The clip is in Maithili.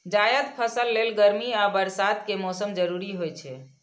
जायद फसल लेल गर्मी आ बरसात के मौसम जरूरी होइ छै